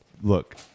Look